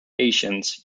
asians